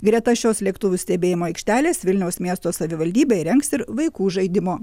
greta šios lėktuvų stebėjimo aikštelės vilniaus miesto savivaldybė įrengs ir vaikų žaidimo